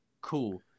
cool